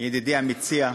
ידידי המציע,